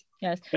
Yes